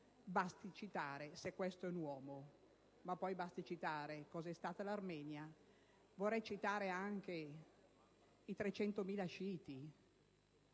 basti citare «Se questo è un uomo». Ma poi basti citare cos'è stata l'Armenia e vorrei citare anche i 300.000 sciiti.